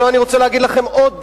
אני רוצה להגיד לכם עוד דבר,